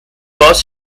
pas